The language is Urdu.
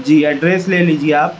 جی ایڈریس لے لیجے آپ